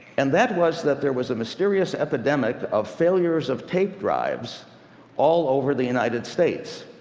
and that was that there was a mysterious epidemic of failures of tape drives all over the united states.